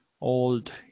old